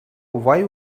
why